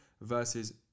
versus